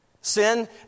Sin